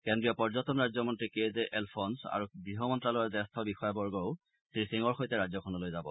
কেন্দ্ৰীয় পৰ্যটন ৰাজ্যমন্ত্ৰী কে জে এলফন্ছ আৰু গহ মন্ত্যালয়ৰ জ্যেষ্ঠ বিষয়াবৰ্গও শ্ৰীসিঙৰ সৈতে ৰাজ্যখনলৈ যাব